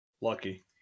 Lucky